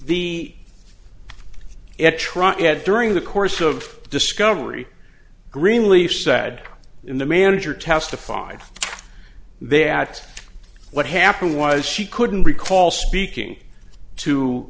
truck at during the course of discovery greenleaf said in the manager testified they at what happened was she couldn't recall speaking to